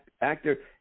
actor